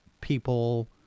people